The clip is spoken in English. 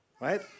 right